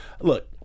look